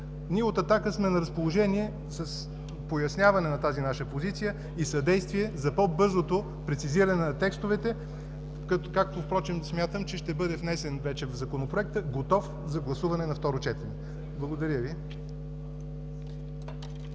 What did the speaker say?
Ние от „Атака“ сме на разположение с поясняване на тази наша позиция и съдействие за по-бързото прецизиране на текстовете, както смятам, че ще бъде внесен вече законопроектът, готов за гласуване на второ четене. Благодаря Ви.